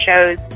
shows